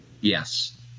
Yes